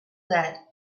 that